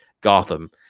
Gotham